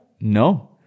No